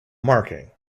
marking